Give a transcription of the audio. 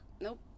Nope